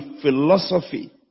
philosophy